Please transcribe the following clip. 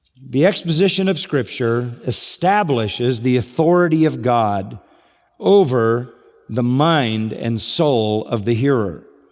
the exposition of scripture establishes the authority of god over the mind and soul of the hearer.